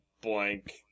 blank